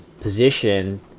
position